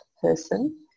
person